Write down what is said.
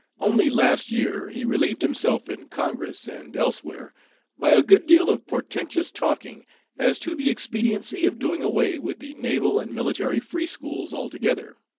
only last year he relieved himself in congress and elsewhere by a good deal of portentous talking as to the expediency of doing away with the naval and military free schools altogether.